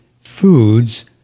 foods